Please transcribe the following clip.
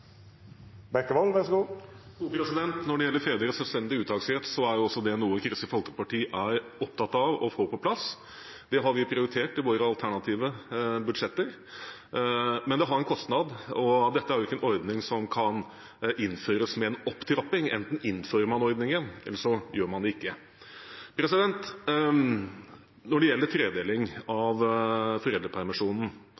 det noe også Kristelig Folkeparti er opptatt av å få på plass. Det har vi prioritert i våre alternative budsjetter. Men det har en kostnad, og dette er ikke en ordning som kan innføres med en opptrapping. Enten innfører man ordningen, eller så gjør man det ikke. Når det gjelder tredeling